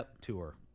tour